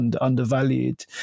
undervalued